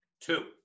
Two